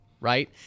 right